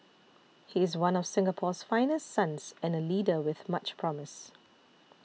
he is one of Singapore's finest sons and a leader with much promise